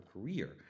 career